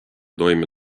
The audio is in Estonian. toime